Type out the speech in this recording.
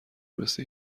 مثه